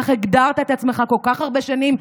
כך הגדרת את עצמך כל כך הרבה שנים,